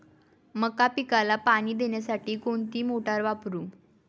मका पिकाला पाणी देण्यासाठी कोणती मोटार वापरू?